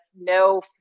no